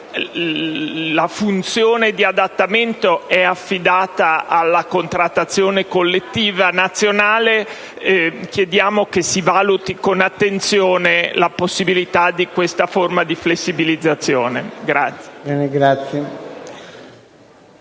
La funzione di adattamento eaffidata alla contrattazione collettiva nazionale. Chiediamo che si valuti con attenzione la possibilita di questa forma di flessibilizzazione.